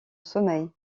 sommeil